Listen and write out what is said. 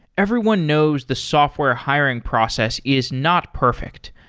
everyone knows the software hiring process is not perfect,